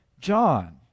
John